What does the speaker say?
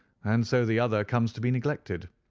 and so the other comes to be neglected.